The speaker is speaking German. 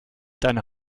deine